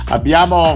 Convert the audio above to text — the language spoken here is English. Abbiamo